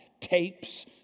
tapes